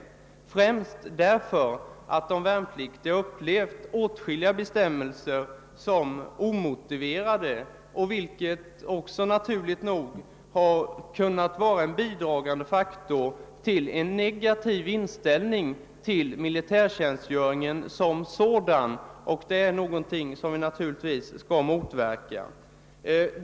Det främsta är att de värnpliktiga upplevt åtskilliga bestämmelser som omotiverade, vilket naturligt nog kunnat utgöra en bidragande faktor till en negativ inställning till militärtjänstgöringen som sådan, något som givetvis är olyckligt.